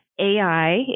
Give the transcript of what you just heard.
AI